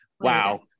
Wow